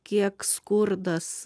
kiek skurdas